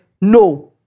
No